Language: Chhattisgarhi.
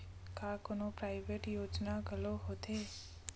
का कोनो प्राइवेट योजना घलोक होथे?